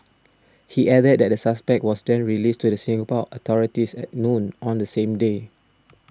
he added that the suspect was then released to the Singapore authorities at noon on the same day